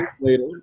later